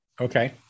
Okay